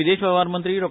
विदेश वेव्हार मंत्री डॉ